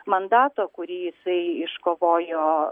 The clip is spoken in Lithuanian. mandatą kurį jisai iškovojo